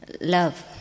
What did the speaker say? love